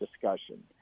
discussion